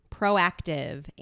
proactive